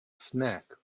snack